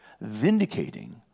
vindicating